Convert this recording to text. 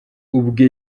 ubwe